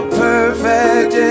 perfect